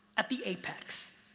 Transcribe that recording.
at the apex.